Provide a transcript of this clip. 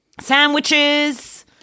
Sandwiches